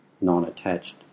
non-attached